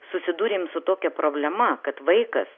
susidūrėm su tokia problema kad vaikas